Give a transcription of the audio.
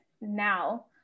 now